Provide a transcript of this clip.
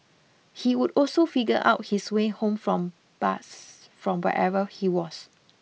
he would also figure out his way home from bus from wherever he was